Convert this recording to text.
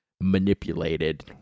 manipulated